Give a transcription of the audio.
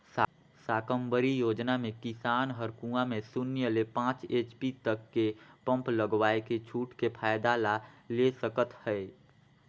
साकम्बरी योजना मे किसान हर कुंवा में सून्य ले पाँच एच.पी तक के पम्प लगवायके छूट के फायदा ला ले सकत है